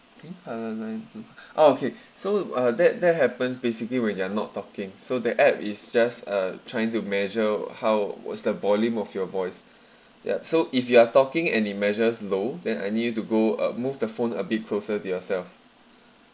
mm orh okay so uh that that happens basically when you're not talking so the app it's just uh trying to measure how was the volume of your voice yup so if you are talking and it measures low then I need you to go uh move the phone a bit closer to yourself